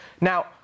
Now